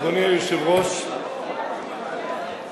אדוני היושב-ראש, מכובדי